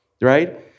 right